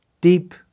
Deep